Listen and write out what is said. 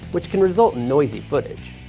which can result in noisy footage.